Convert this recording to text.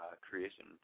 creation